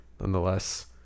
nonetheless